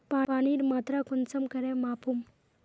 पानीर मात्रा कुंसम करे मापुम?